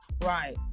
Right